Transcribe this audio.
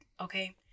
okay